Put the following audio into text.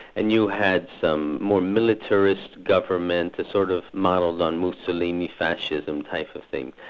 and you had some more militarist government, sort of modelled on mussolini fascism type of thing,